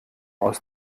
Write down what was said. aus